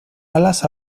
alas